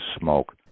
smoke